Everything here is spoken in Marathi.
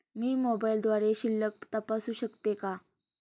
मी मोबाइलद्वारे शिल्लक तपासू शकते का?